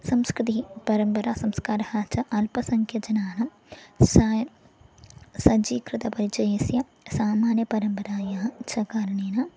संस्कृतिः परम्परा संस्कारः च आल्पसङ्ख्या जनानं सायं सज्जीकृतपरिचयस्य सामान्यपरम्परायाः च कारणेन